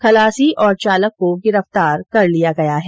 खलासी और चालक को गिरफ्तार कर लिया गया है